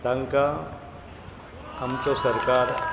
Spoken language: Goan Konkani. तांका आमचो सरकार